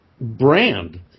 brand